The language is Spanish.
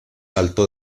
alto